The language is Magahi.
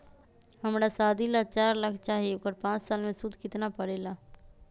हमरा शादी ला चार लाख चाहि उकर पाँच साल मे सूद कितना परेला?